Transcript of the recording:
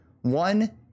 one